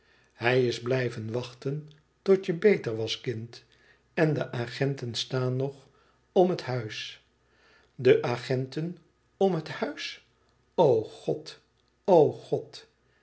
hij is blijven wachten tot je beter was kind en de agenten staan nog om het huis de agenten om het huis o god o god